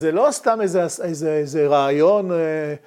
‫זה לא סתם איזה רעיון.